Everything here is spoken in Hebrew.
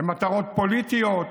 למטרות פוליטיות,